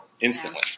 instantly